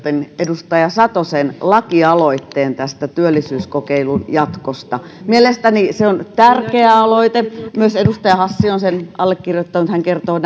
edustaja satosen lakialoitteen tästä työllisyyskokeilun jatkosta mielestäni se on tärkeä aloite myös edustaja hassi on sen allekirjoittanut hän kertoo